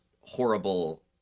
horrible